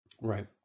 Right